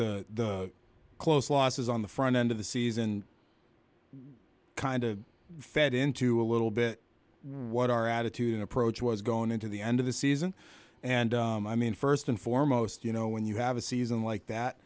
the close losses on the front end of the season kind of fed into a little bit what our attitude and approach was going into the end of the season and i mean first and foremost you know when you have a season like